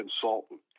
consultant